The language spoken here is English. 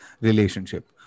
relationship